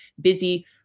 busy